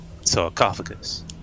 sarcophagus